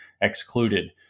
excluded